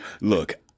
look